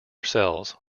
cells